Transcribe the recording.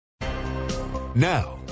Now